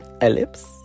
Ellipse